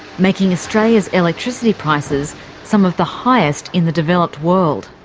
making australia's electricity prices some of the highest in the developed world.